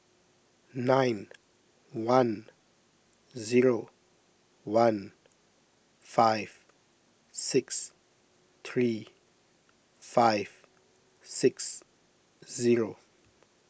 nine one zero one five six three five six zero